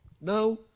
Now